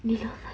neelofa